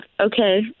okay